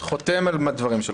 חותם על הדברים שלך.